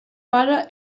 pare